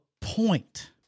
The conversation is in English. point